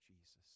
Jesus